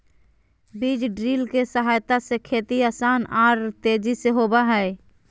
बीज ड्रिल के सहायता से खेती आसान आर तेजी से होबई हई